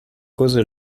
cause